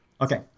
Okay